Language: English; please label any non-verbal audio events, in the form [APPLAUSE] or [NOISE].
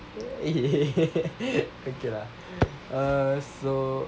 [LAUGHS] okay lah uh so